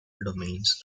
domains